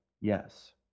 yes